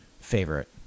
favorite